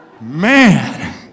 Man